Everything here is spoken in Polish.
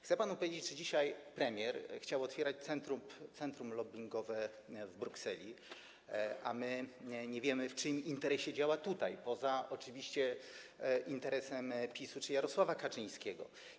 Chcę panu powiedzieć, że dzisiaj premier chciał otwierać centrum lobbingowe w Brukseli, a my nie wiemy, w czyim interesie działa tutaj, poza oczywiście interesem PiS-u czy Jarosława Kaczyńskiego.